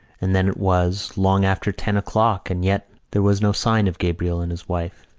and then it was long after ten o'clock and yet there was no sign of gabriel and his wife.